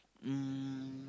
um